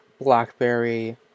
BlackBerry